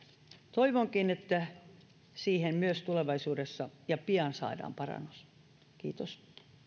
toivonkin että myös siihen tulevaisuudessa ja pian saadaan parannus kiitos